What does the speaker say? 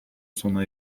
sona